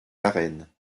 arènes